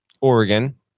Oregon